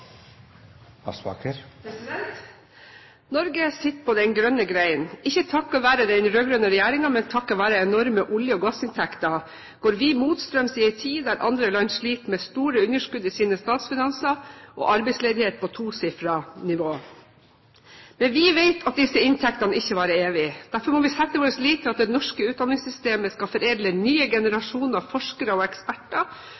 nådd. Norge sitter på den grønne gren. Ikke takket være den rød-grønne regjeringen, men takket være enorme olje- og gassinntekter går vi motstrøms i en tid der andre land sliter med store underskudd i sine statsfinanser og arbeidsledighet på tosifret nivå. Men vi vet at disse inntektene ikke varer evig. Derfor må vi sette vår lit til at det norske utdanningssystemet skal foredle nye